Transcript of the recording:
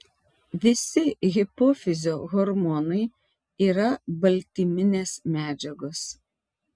visi hipofizio hormonai yra baltyminės medžiagos